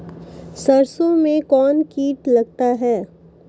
सरसों मे कौन कीट लगता हैं?